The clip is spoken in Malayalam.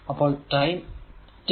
അപ്പോൾ ടൈം t 0